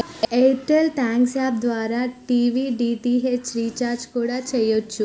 air tell thanks app ద్వారా TV DTH recharge కూడా చెయ్యచ్చు